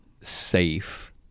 safe